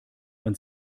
man